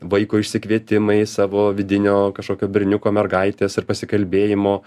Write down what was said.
vaiko išsikvietimai savo vidinio kažkokio berniuko mergaitės ir pasikalbėjimo